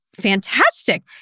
fantastic